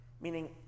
meaning